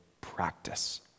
practice